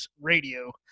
radio